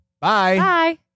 Bye